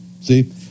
see